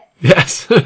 yes